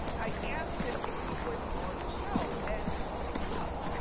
i asked him if he was on the show. and just take a look.